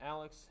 Alex